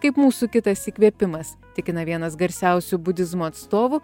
kaip mūsų kitas įkvėpimas tikina vienas garsiausių budizmo atstovų